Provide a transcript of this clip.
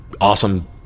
awesome